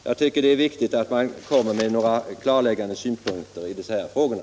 Jag tycker det är viktigt att komma med klarläggande synpunkter i de här frågorna.